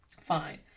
Fine